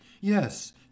Yes